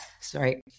Sorry